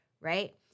right